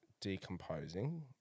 decomposing